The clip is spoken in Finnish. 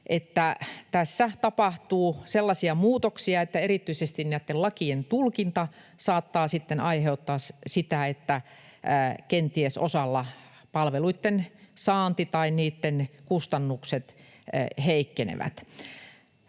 tässä tapahtuu sellaisia muutoksia, että erityisesti näitten lakien tulkinta saattaa aiheuttaa sen, että kenties osalla palveluitten saanti heikkenee tai niitten kustannukset kasvavat.